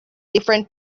different